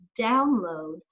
download